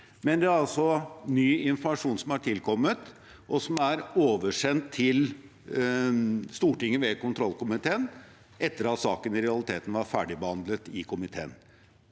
men det er altså ny informasjon som er tilkommet, og som er oversendt til Stortinget ved kontrollkomiteen etter at saken i realiteten var ferdigbehandlet i komiteen.